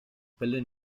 pelle